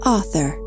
Author